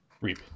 Reap